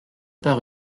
par